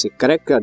correct